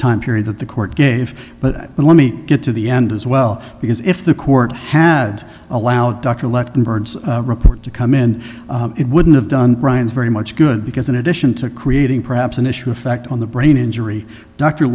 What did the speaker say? time period that the court gave but let me get to the end as well because if the court had allowed dr left in byrd's report to come in it wouldn't have done brian's very much good because in addition to creating perhaps an issue of fact on the brain injury d